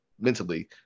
mentally